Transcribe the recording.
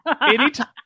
anytime